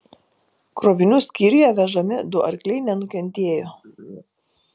krovinių skyriuje vežami du arkliai nenukentėjo